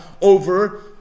over